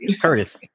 Curtis